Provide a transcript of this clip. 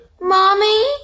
Mommy